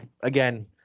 again